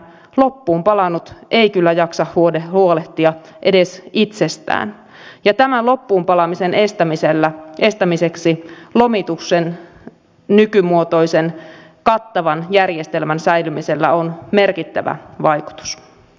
loppuun palanut ei kyllä jaksa huolehtia edes itsestään ja tämän loppuunpalamisen estämiseksi lomituksen nykymuotoisen kattavan järjestelmän säilymisellä on merkittävä vaikutus